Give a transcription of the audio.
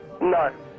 No